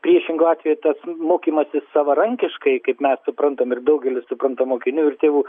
priešingu atveju tas mokymasis savarankiškai kaip mes suprantam ir daugelis supranta mokinių ir tėvų